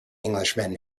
englishman